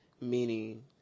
Meaning